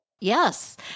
Yes